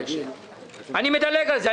אני מדלג על זה.